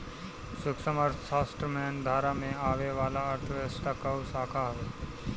सूक्ष्म अर्थशास्त्र मेन धारा में आवे वाला अर्थव्यवस्था कअ शाखा हवे